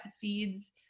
feeds